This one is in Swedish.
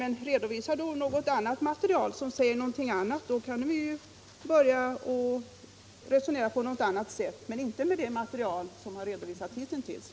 Men redovisa då ett material som säger någonting annat! Då kan vi också börja resonera på ett annat sätt. Det kan vi inte göra med det material som hittills har redovisats.